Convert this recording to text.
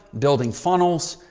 building funnels,